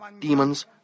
demons